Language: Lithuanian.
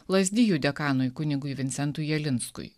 lazdijų dekanui kunigui vincentui jalinskui